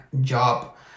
job